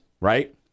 Right